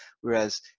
whereas